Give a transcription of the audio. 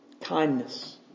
Kindness